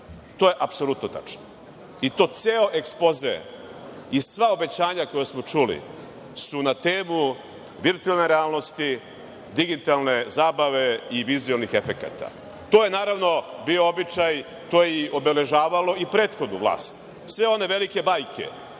to je tačno. Ceo ekspoze i sva obećanja koja smo čuli su na temu virtuelne realnosti, digitalne zabave i vizuelnih efekata. To je, naravno, bio običaj i to je obeležavalo i prethodnu vlast. Sve one velike bajke